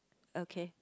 okay